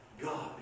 God